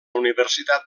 universitat